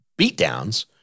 beatdowns